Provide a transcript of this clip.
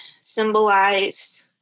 symbolized